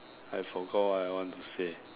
I forgot what I want to say